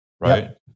right